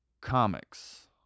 comics